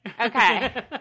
Okay